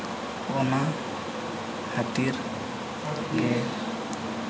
ᱚᱱᱟ ᱠᱷᱟᱹᱛᱤᱨ ᱜᱮ